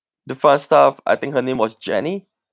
the front staff I think her name was jenny